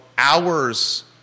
Hours